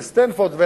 לסטנפורד,